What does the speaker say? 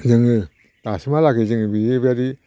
जोङो दासिमहालागै जोङो बेबायदि